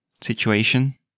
situation